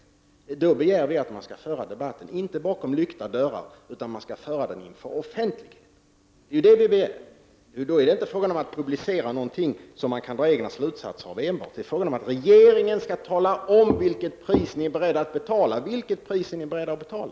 Vad vi begär är att debatten förs offentligt och inte bakom lyckta dörrar. Då är det inte fråga om att publicera något som man enbart kan dra egna slutsatser av, utan då är det fråga om att ni i regeringen måste tala om vad ni är beredda att betala.